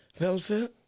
Welfare